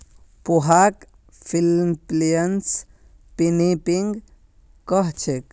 पोहाक फ़िलीपीन्सत पिनीपिग कह छेक